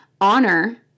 honor